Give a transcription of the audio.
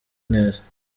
neza